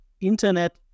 internet